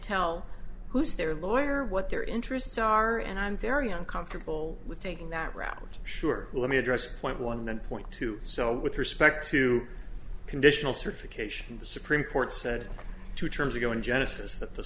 tell who's their lawyer what their interests are and i'm very uncomfortable with taking that route sure let me address point one point two so with respect to conditional certification the supreme court said two terms ago in genesis that the